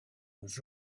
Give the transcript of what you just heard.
was